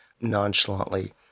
nonchalantly